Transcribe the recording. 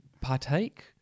partake